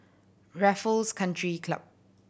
Raffles Country Club